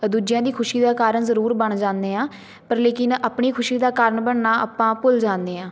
ਦੂਜਿਆਂ ਦੀ ਖੁਸ਼ੀ ਦਾ ਕਾਰਨ ਜ਼ਰੂਰ ਬਣ ਜਾਂਦੇ ਹਾਂ ਪਰ ਲੇਕਿਨ ਆਪਣੀ ਖੁਸ਼ੀ ਦਾ ਕਾਰਨ ਬਣਨਾ ਆਪਾਂ ਭੁੱਲ ਜਾਂਦੇ ਹਾਂ